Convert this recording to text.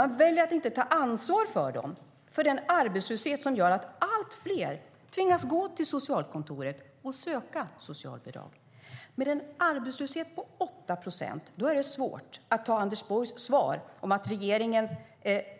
Man väljer att inte ta ansvar för dem och för den arbetslöshet som gör att allt fler tvingas gå till socialkontoret och söka socialbidrag. Med en arbetslöshet på 8 procent är det svårt att ta Anders Borgs svar om att regeringen